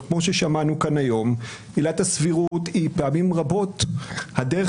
כמו ששמענו כאן היום עילת הסבירות היא פעמים רבות הדרך